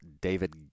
David